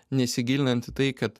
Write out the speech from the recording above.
nesigilinant į tai kad